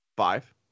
Five